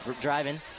driving